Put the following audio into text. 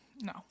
No